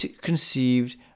conceived